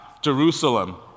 Jerusalem